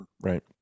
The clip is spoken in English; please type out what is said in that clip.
Right